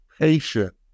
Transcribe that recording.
patient